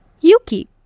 Yuki